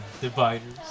dividers